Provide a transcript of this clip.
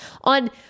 on